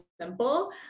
simple